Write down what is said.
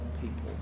people